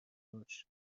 داشت